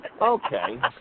Okay